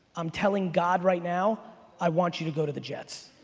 i'm telling god right now, i want you to go to the jets.